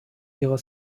ihrer